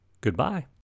Goodbye